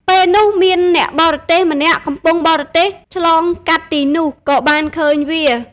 ពេលនោះមានអ្នកបរទេះម្នាក់កំពុងបរទេះឆ្លងកាត់ទីនោះ ក៏បានឃើញវា។